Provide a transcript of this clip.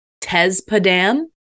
tezpadam